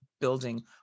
building